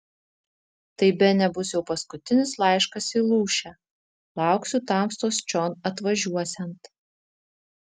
tai bene bus jau paskutinis laiškas į lūšę lauksiu tamstos čion atvažiuosiant